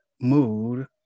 mood